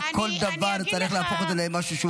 לא כל דבר צריך להפוך למשהו פופוליסטי.